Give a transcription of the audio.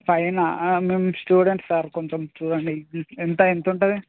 ఫైనా మేము students sir కొంచెం చూడండి ఎంత ఎంత ఉంటుంది